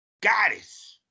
goddess